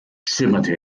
schimmerte